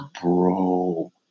Bro